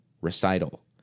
recital